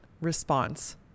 response